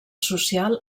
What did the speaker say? social